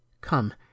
Come